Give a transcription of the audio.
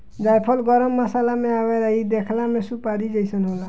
जायफल गरम मसाला में आवेला इ देखला में सुपारी जइसन होला